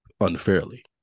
unfairly